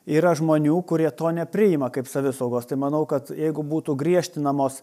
yra žmonių kurie to nepriima kaip savisaugos tai manau kad jeigu būtų griežtinamos